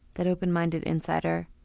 that open-minded insider,